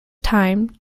time